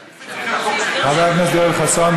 חבר הכנסת יואל חסון,